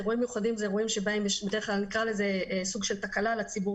אירועים מיוחדים הם אירועים שבהם יש בדרך כלל סוג של תקלה לציבור,